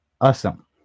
awesome